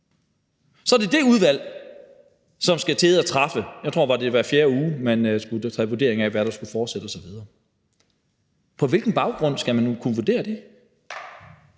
Så er det dét udvalg, som skal sidde og træffe beslutninger – jeg tror, det er hver fjerde uge, man skal foretage en vurdering af, hvad der skal fortsætte osv. På hvilken baggrund skal man kunne vurdere det?